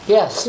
Yes